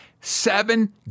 Seven